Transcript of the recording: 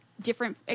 different